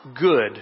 good